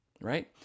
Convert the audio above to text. right